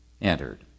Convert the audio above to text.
entered